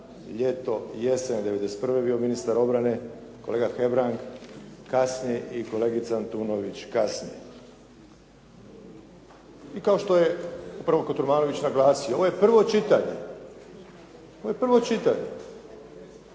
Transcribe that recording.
ljeto/jesen '91. bio ministar obrane, kolega Hebrang kasnije i kolegica Antunović kasnije. I kao što je upravo Kotromanović naglasio, ovo je prvo čitanje. Ovo je prvo čitanje.